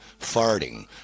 farting